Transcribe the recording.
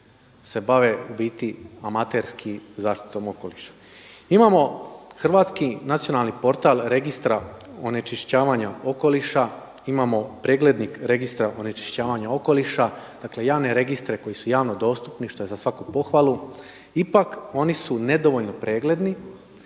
se bave u biti amaterski zaštitom okoliša. Imamo hrvatski nacionalni portal registra onečišćavanja okoliša, imamo preglednik registra onečišćavanja okoliša. Dakle, javne registre koji su javno dostupni što je za svaku pohvalu. Ipak oni su nedovoljno pregledni,